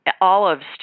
Olives